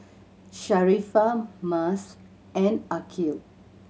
Sharifah Mas and Aqil